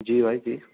جی بھائی جی